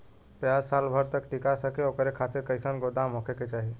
प्याज साल भर तक टीका सके ओकरे खातीर कइसन गोदाम होके के चाही?